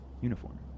uniform